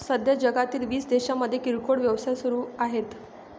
सध्या जगातील वीस देशांमध्ये किरकोळ व्यवसाय सुरू आहेत